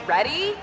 Ready